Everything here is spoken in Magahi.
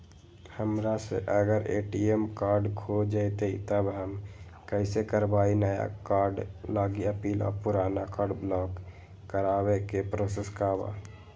हमरा से अगर ए.टी.एम कार्ड खो जतई तब हम कईसे करवाई नया कार्ड लागी अपील और पुराना कार्ड ब्लॉक करावे के प्रोसेस का बा?